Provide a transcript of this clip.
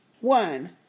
One